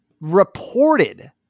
reported